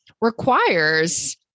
requires